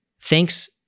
thanks